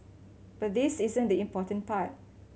but this isn't the important part